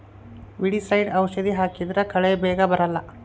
weedicide ಔಷಧಿ ಹಾಕಿದ್ರೆ ಕಳೆ ಬೇಗ ಬರಲ್ಲ